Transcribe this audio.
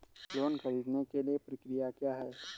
Loan ख़रीदने के लिए प्रक्रिया क्या है?